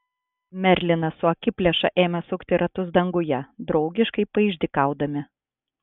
merlinas su akiplėša ėmė sukti ratus danguje draugiškai paišdykaudami